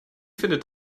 findet